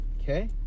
okay